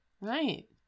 Right